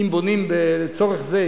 לצורך זה,